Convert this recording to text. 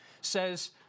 says